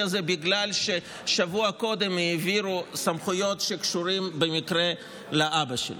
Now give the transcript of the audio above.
הזה בגלל ששבוע קודם העבירו סמכויות שקשורות במקרה לאבא שלו?